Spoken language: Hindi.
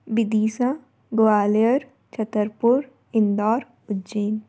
विदिशा ग्वालियर छतरपुर इंदौर उज्जैन